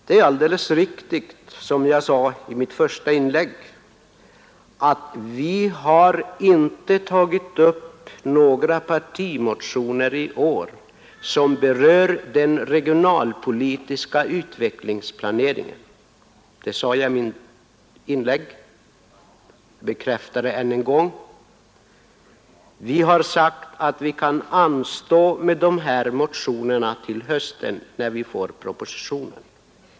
Det är alldeles riktigt som jag sade i mitt första inlägg att vi i år inte har väckt partimotioner som berör den regionalpolitiska utvecklingsplaneringen. Vi har sagt att dessa motioner kan anstå till hösten när vi får propositionen.